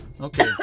Okay